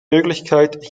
möglichkeit